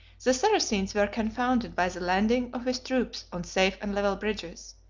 the saracens were confounded by the landing of his troops on safe and level bridges,